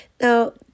Now